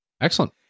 Excellent